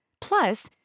Plus